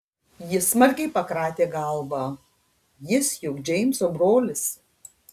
ji smarkiai pakratė galvą jis juk džeimso brolis